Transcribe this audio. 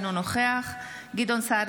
אינו נוכח גדעון סער,